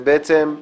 ובעצם,